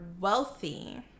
wealthy